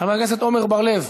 חבר הכנסת עמר בר-לב,